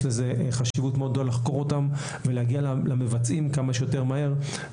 לזה חשיבות מאוד גדולה לחקור אותם ולהגיע למבצעים כמה שיותר מהר.